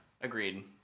agreed